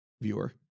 viewer